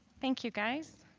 thank you guys.